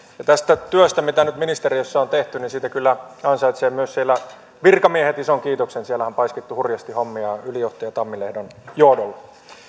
tästä työstä mitä nyt ministeriössä on tehty ansaitsevat myös virkamiehet ison kiitoksen siellä on paiskittu hurjasti hommia ylijohtaja tammilehdon johdolla